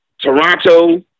Toronto